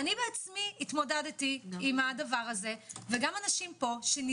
אני עצמי התמודדתי עם הדבר הזה ולשאול